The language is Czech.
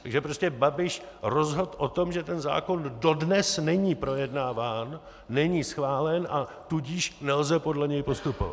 Takže prostě Babiš rozhodl o tom, že ten zákon dodnes není projednáván, není schválen, a tudíž nelze podle něj postupovat.